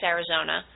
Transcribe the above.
Arizona